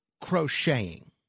crocheting